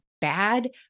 bad